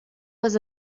was